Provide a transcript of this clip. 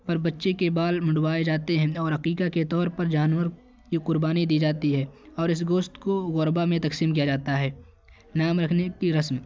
پر بچے کے بال منڈوائے جاتے ہیں اور عقیقہ کے طور پر جانور کی قربانی دی جاتی ہے اور اس گوشت کو غرباء میں تقسیم کیا جاتا ہے نام رکھنے کی رسم